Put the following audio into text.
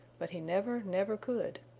but he never, never could.